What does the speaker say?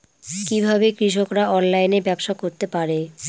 কিভাবে কৃষকরা অনলাইনে ব্যবসা করতে পারে?